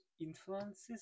influences